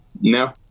No